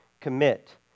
commit